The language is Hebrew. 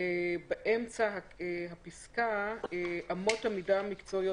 באמצע הפסקה יבוא: "אמות-המידה המקצועיות